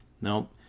Nope